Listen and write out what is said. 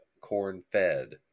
corn-fed